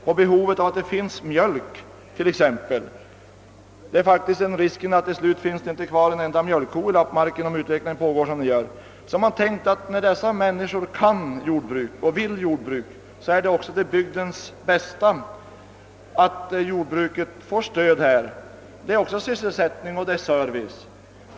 De har exempelvis räknat med behovet av mjölk, ty det föreligger faktiskt risk för att det till slut inte finns kvar en enda mjölkko i lappmarken, om utvecklingen fortsätter som hittills. Man har resonerat som så, att när dessa människor kan och vill driva jordbruk är det också till bygdens fromma om jordbruket får stöd. Det ger ju sysselsättning och service.